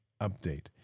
Update